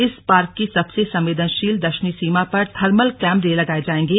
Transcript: इस पार्क की सबसे संवेदनशील दक्षिणी सीमा पर थर्मल कैमरे लगाए जाएंगे